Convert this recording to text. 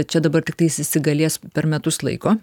čia dabar tiktais įsigalės per metus laiko